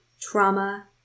trauma